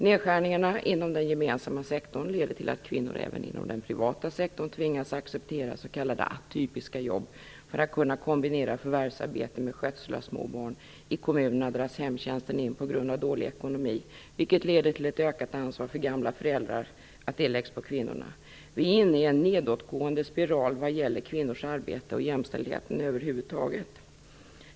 Nedskärningarna inom den gemensamma sektorn leder till att kvinnor även inom den privata sektorn tvingas acceptera s.k. atypiska jobb för att kunna kombinera förvärsarbete med skötsel av små barn. I kommunerna dras hemtjänsten in på grund av dålig ekonomi, vilket leder till att ett ökat ansvar för gamla föräldrar läggs på kvinnorna. Vi är inne i en nedåtgående spiral vad gäller kvinnors arbete och jämställdheten över huvud taget.